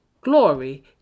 glory